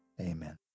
amen